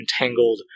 entangled